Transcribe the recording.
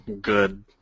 good